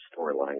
storyline